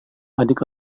adik